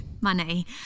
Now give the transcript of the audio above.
money